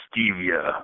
stevia